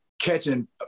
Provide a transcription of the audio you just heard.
catching